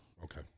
Okay